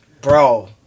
Bro